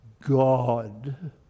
God